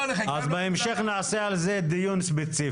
בהמשך נעשה על זה דיון ספציפי.